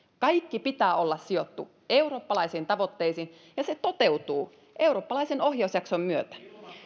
kaikki pitää olla sidottu eurooppalaisiin tavoitteisiin ja se toteutuu eurooppalaisen ohjausjakson myötä